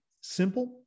simple